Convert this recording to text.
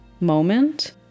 moment